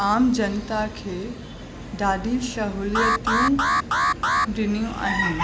आम जनता खे ॾाढी सहुलियतियूं ॾिनियूं आहिनि